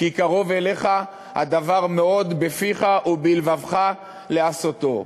כי קרוב אליך הדבר מאֹד בפיך ובלבבך לעשׂתו".